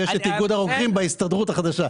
ויש את איגוד הרוקחים בהסתדרות החדשה.